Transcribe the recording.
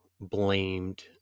blamed